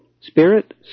Spirit